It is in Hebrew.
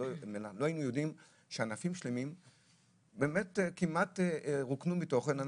היינו יודעים שענפים שלמים רוקנו מתוכן.